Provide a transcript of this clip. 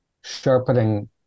sharpening